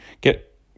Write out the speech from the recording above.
Get